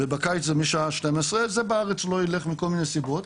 זה בארץ לא ילך מכל מיני סיבות,